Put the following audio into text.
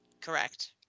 Correct